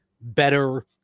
better